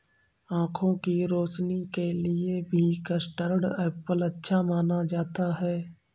आँखों की रोशनी के लिए भी कस्टर्ड एप्पल अच्छा माना जाता है